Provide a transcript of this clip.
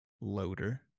loader